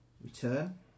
return